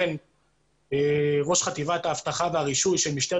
בין ראש חטיבת האבטחה והרישוי של משטרת